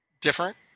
different